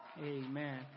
Amen